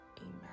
amen